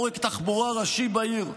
הוא עורק תחבורה ראשי בעיר,